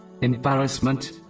embarrassment